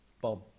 Bob